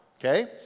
okay